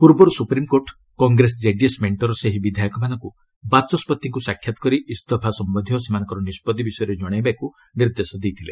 ପୂର୍ବରୁ supreme court Congress JDS ମେଣ୍ଟର ସେହି ବିଧାୟକମାନଙ୍କୁ ବାଚସ୍ୱତିଙ୍କୁ ସାକ୍ଷାତ କରି ଇସ୍ତଫା ସମ୍ଭନ୍ଧୀୟ ସେମାନଙ୍କ ନିଷ୍ପଭି ବିଷୟରେ ଜଣାଇବାକୁ ନିର୍ଦ୍ଦେଶ ଦେଇଥିଲେ